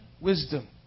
wisdom